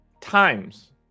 times